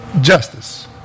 justice